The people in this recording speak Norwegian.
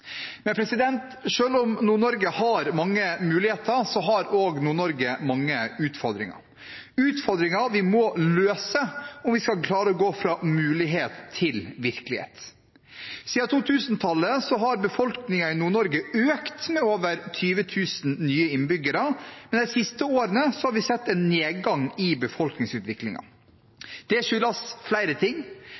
om Nord-Norge har mange muligheter, har Nord-Norge også mange utfordringer – utfordringer vi må løse om vi skal klare å gå fra mulighet til virkelighet. Siden 2000-tallet har befolkningen i Nord-Norge økt med over 20 000 nye innbyggere, men de siste årene har vi sett en nedgang i befolkningsutviklingen. Det skyldes flere ting,